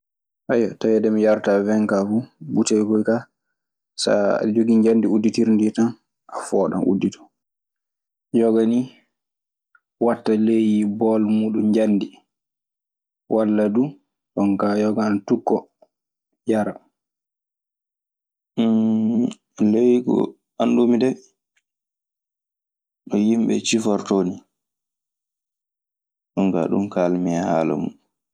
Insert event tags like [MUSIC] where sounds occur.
[HESITATION] taweede mi yarataa wen kaa fuu, butoy koy kaa sa a ɗa jogii njamndi udditirndi ndii tan, a fooɗam udditoo. Yoga nii waɗta ley bool muuɗun njanndi. Walla du jon kaa yoga ana tukkoo yara. [HESITATION] Ley ko anndumi dee no yimve cifortoo nii. Jon kaa ɗun kaalmi e haala mun.